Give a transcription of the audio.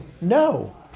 No